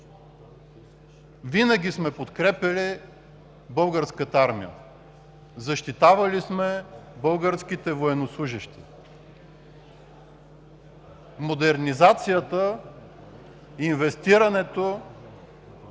винаги сме подкрепяли Българската армия, защитавали сме българските военнослужещи! Модернизацията, инвестирането